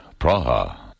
Praha